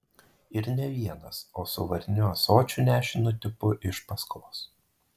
ir ne vienas o su variniu ąsočiu nešinu tipu iš paskos